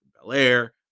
Belair